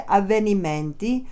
avvenimenti